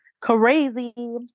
Crazy